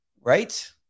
right